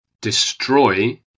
destroy